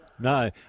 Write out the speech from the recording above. No